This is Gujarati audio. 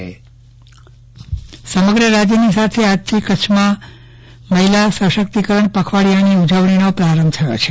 ચંદ્રવદન પટ્ટણી મહિલા સશક્તિકરણ સમગ્ર રાજ્યની સાથે આજથી કચ્છમાં મહિલા સશક્તિકરણ પખવાડીયાની ઉજવણીનો પ્રારંભ થયો છે